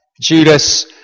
Judas